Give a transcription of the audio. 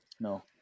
No